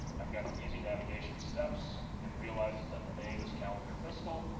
i've got the easy navigation steps. it realizes that the name is calendar fiscal,